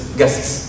guests